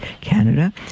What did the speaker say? Canada